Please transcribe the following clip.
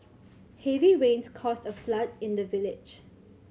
heavy rains caused a flood in the village